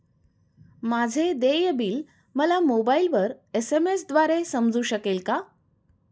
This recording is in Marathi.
माझे देय बिल मला मोबाइलवर एस.एम.एस द्वारे समजू शकेल का?